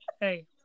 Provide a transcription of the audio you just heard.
Hey